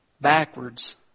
backwards